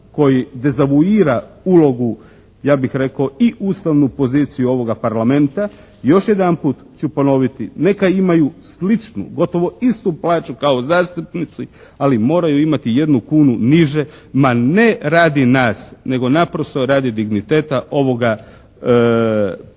koji dezavuira ulogu ja bih rekao i Ustavnu poziciju ovoga Parlamenta. Još jedanput ću ponoviti neka imaju sličnu, gotovo istu plaću kao zastupnici, ali moraju imati jednu kunu niže ma ne radi nas, nego naprosto radi digniteta ovoga Parlamenta